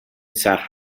صخره